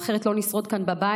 אחרת לא נשרוד כאן בבית,